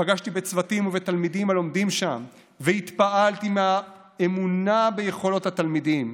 פגשתי בצוותים ובתלמידים הלומדים שם והתפעלתי מהאמונה ביכולות התלמידים,